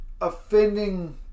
offending